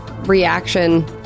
reaction